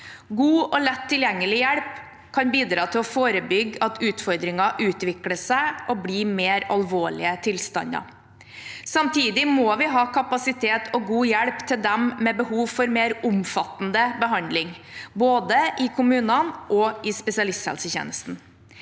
God og lett tilgjengelig hjelp kan bidra til å forebygge at utfordringer utvikler seg og blir mer alvorlige tilstander. Samtidig må vi ha kapasitet og god hjelp til dem med behov for mer omfattende behandling, både i kommunene og i spesialisthelsetjenesten.